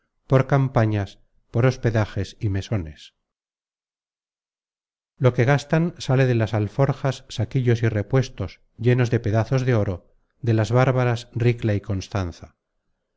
por campañas por hospedajes y mesones lo que gastan sale de las alforjas saquillos y repuestos llenos de pedazos de oro de las bárbaras ricla y constanza